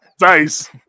Nice